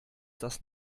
das